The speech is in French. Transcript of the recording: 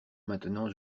maintenant